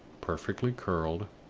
perfectly curled,